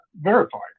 verified